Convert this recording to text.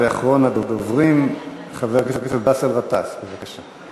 ואחרון הדוברים, חבר הכנסת באסל גטאס, בבקשה.